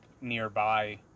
nearby